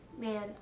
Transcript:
man